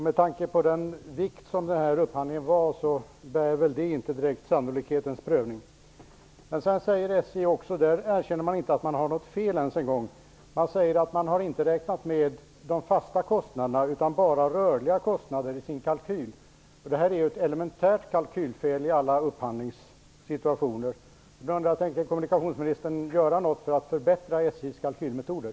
Med tanke på den vikt som den här upphandlingen hade var det väl inte direkt sannolikt. SJ erkänner inte ens en gång att man har gjort något fel utan säger att man inte räknat med de fasta kostnaderna utan bara rörliga kostnader i sin kalkyl. Det här är ett elementärt kalkylfel i alla upphandlingssituationer. Tänker kommunikationsministern göra något för att förbättra SJ:s kalkylmetoder?